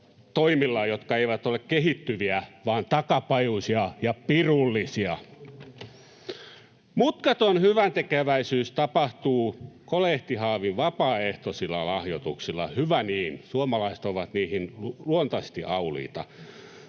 toimillaan, jotka eivät ole kehittyviä vaan takapajuisia ja pirullisia. Mutkaton hyväntekeväisyys tapahtuu kolehtihaavin vapaaehtoisilla lahjoituksilla — hyvä niin, suomalaiset ovat niihin luontaisesti auliita.